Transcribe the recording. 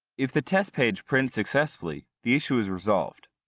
if the test page prints successfully, the issue is resolved.